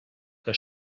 que